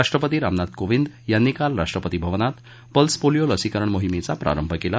राष्ट्रपती रामनाथ कोविंद यांनी काल राष्ट्रपती भवनात पल्स पोलिओ लसीकरण मोहीमेचा प्रारंभ केला